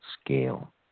scale